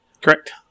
Correct